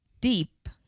deep